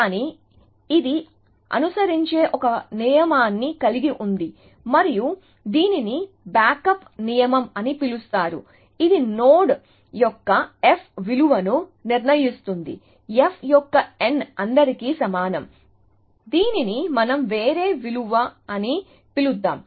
కానీ ఇది అనుసరించే ఒక నియమాన్ని కలిగి ఉంది మరియు దీనిని బ్యాకప్ నియమం అని పిలుస్తారు ఇది నోడ్ యొక్క f విలువను నిర్ణయిస్తుంది f యొక్క n అందరికీ సమానం దీనిని మనం వేరే విలువ అని పిలుద్దాం